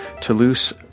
Toulouse